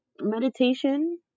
Meditation